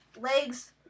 Legs